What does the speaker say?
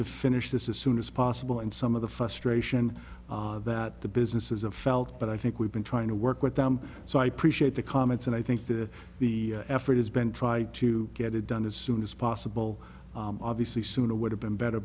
to finish this is soon as possible and some of the frustration that the business is of felt but i think we've been trying to work with them so i preach at the comments and i think the the effort has been try to get it done as soon as possible obviously sooner would have been better